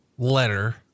Letter